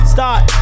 Start